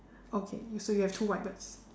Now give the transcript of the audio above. okay you so you have two white birds